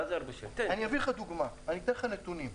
אני אתן לך נתונים.